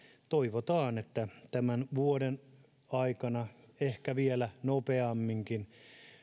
toivotaan että tämän vuoden aikana ehkä vielä nopeamminkin